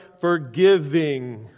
forgiving